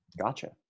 Gotcha